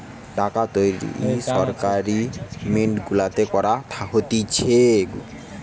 টাকা তৈরী সরকারি মিন্ট গুলাতে করা হতিছে